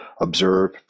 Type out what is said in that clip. observe